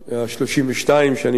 שאני מתכבד להיות חבר בה,